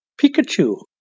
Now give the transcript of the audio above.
Pikachu